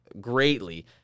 greatly